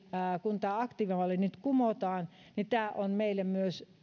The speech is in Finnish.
kun tämä aktiivimalli nyt kumotaan tämä on meille myös